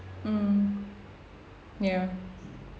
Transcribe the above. mm ya